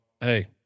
hey